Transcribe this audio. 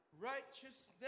righteousness